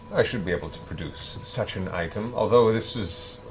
i should be able to produce such an item, although this is,